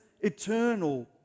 eternal